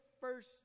first